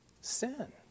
sin